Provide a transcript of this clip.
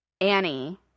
Annie